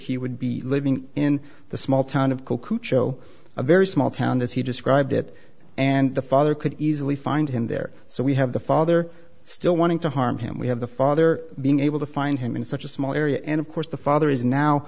that he would be living in the small town of cujo a very small town as he described it and the father could easily find him there so we have the father still wanting to harm him we have the father being able to find him in such a small area and of course the father is now